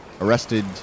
arrested